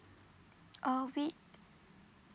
ah we